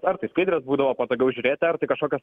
ar tai skaidres būdavo patogiau žiūrėti ar tai kažkokias